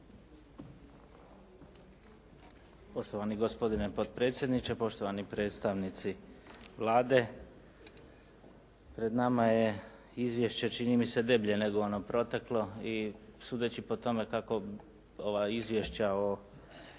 Poštovani gospodine potpredsjedniče, poštovani predstavnici Vlade. Pred nama je izvješće, čini mi se deblje nego ono proteklo i sudeći po tome kako ova izvješća o provođenju